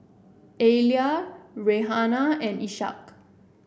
Alya Raihana and Ishak